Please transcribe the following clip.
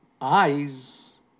eyes